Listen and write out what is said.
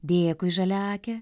dėkui žaliaake